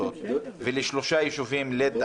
הקבוצות ולשלושה יישובים: לוד,